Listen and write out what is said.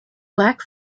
black